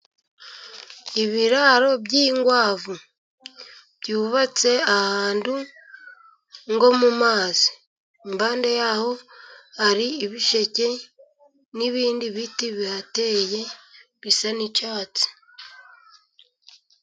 Ibiraro by'inkwavu byubatse ahantu nko mu mazi, impande yaho hari ibisheke n'ibindi biti bihateye bisa n'icyatsi.